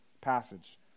passage